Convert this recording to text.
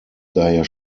daher